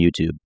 YouTube